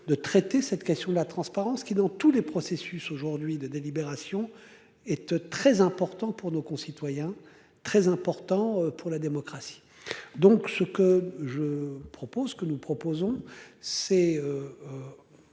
de traiter cette question de la transparence qui dans tous les processus aujourd'hui de délibération et de très important pour nos concitoyens, très important pour la démocratie. Donc ce que je propose que nous proposons c'est.